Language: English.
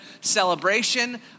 celebration